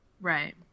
Right